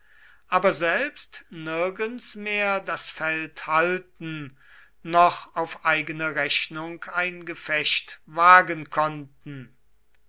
aber selbst nirgends mehr das feld halten noch auf eigene rechnung ein gefecht wagen konnten